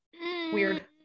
weird